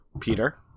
Peter